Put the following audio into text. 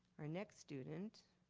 our next student